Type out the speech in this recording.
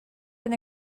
been